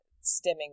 stemming